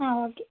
ആ ഓക്കെ